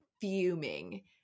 fuming